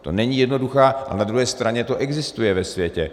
To není jednoduché, ale na druhé straně to existuje ve světě.